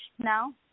now